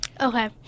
Okay